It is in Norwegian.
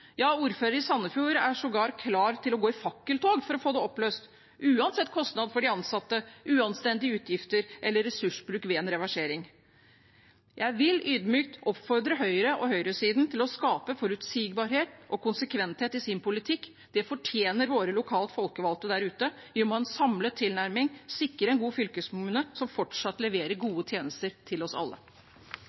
Ja, ordføreren i Sandefjord er sågar klar til å gå i fakkeltog for å få det oppløst, uansett kostnad for de ansatte, uanstendige utgifter og ressursbruk ved en reversering. Jeg vil ydmykt oppfordre Høyre og høyresiden til å skape forutsigbarhet og være konsekvente i sin politikk. Det fortjener våre lokalt folkevalgte der ute. Vi må ha en samlet tilnærming og sikre en god fylkeskommune som fortsatt leverer gode tjenester til oss alle.